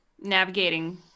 navigating